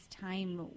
time